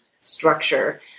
structure